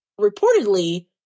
reportedly